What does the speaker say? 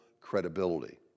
credibility